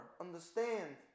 Understand